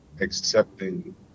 accepting